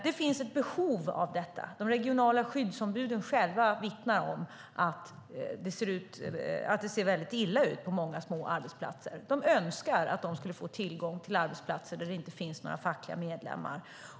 Det finns ett behov av detta. De regionala skyddsombuden själva vittnar om att det ser väldigt illa ut på många små arbetsplatser. De önskar att de skulle få tillgång till arbetsplatser där det inte finns några fackliga medlemmar.